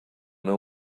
know